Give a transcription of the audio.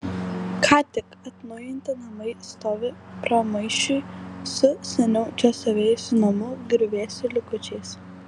ką tik atnaujinti namai stovi pramaišiui su seniau čia stovėjusių namų griuvėsių likučiais